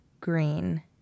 green